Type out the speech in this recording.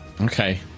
Okay